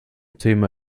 thema